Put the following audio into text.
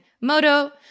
Moto